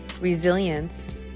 resilience